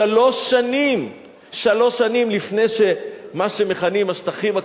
שלוש שנים שלוש שנים לפני שמה שמכנים השטחים הכבושים,